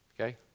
Okay